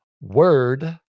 Word